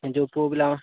ଯେଉଁ ପୁଅ ପିଲା